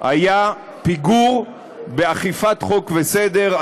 היה פיגור באכיפת חוק וסדר,